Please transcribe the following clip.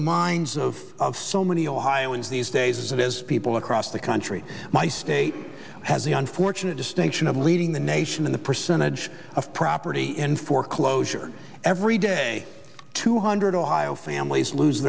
the minds of so many ohioans these days as people across the country my state has the unfortunate distinction of leading the nation in the percentage of property in foreclosure every day two hundred ohio families lose